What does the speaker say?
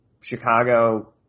Chicago